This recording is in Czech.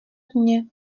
dně